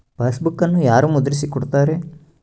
ಪಾಸ್ಬುಕನ್ನು ಯಾರು ಮುದ್ರಿಸಿ ಕೊಡುತ್ತಾರೆ?